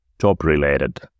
job-related